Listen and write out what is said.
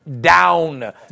down